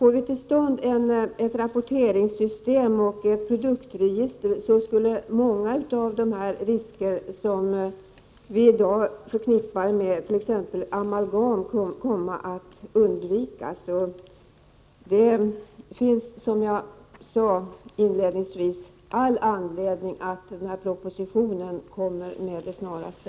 Fick vi till stånd ett rapporteringssystem och ett produktregister skulle många av de risker som vi i dag förknippar med t.ex. amalgam kunna undvikas. Det finns, som jag inledningsvis sade, all anledning att lägga fram propositionen med det snaraste.